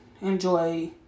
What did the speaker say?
Enjoy